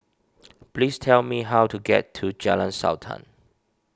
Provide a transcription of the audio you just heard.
please tell me how to get to Jalan Sultan